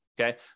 Okay